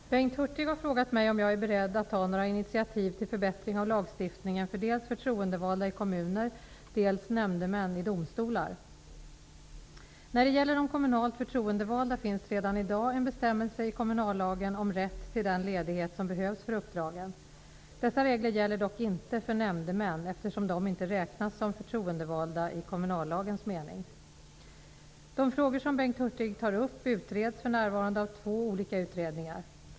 Fru talman! Bengt Hurtig har frågat mig om jag är beredd att ta några initiativ till förbättring av lagstiftningen för dels förtroendevalda i kommuner, dels nämndemän i domstolar. När det gäller de kommunalt förtroendevalda finns redan i dag en bestämmelse i kommunallagen om rätt till den ledighet som behövs för uppdragen. Dessa regler gäller dock inte för nämndemän, eftersom dessa inte räknas som förtroendevalda i kommunallagens mening. De frågor som Bengt Hurtig tar upp utreds för närvarande av två olika utredningar.